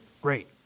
Great